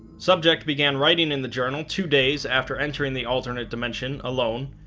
subject began writing in the journal two days after entering the alternate dimension alone,